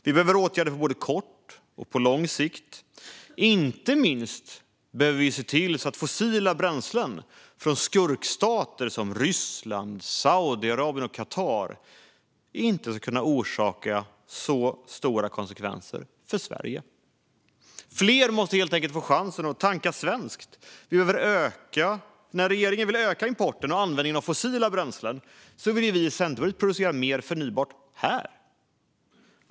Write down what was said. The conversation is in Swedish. Vi behöver åtgärder på både kort och lång sikt. Inte minst behöver vi se till att fossila bränslen från skurkstater som Ryssland, Saudiarabien och Qatar inte ska kunna orsaka så stora konsekvenser för Sverige. Fler måste helt enkelt få chansen att tanka svenskt. Medan regeringen vill öka importen och användningen av fossila bränslen vill vi i Centerpartiet producera med förnybart här.